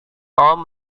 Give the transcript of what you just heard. tom